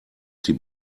sie